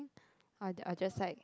I I'll just site